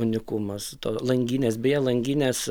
unikumas langinės beje langinės